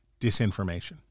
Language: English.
disinformation